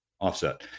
offset